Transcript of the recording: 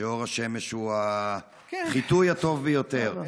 שאור השמש הוא החיטוי הטוב ביותר.